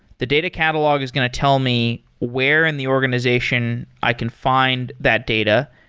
the data catalogue is going to tell me where in the organization i can find that data,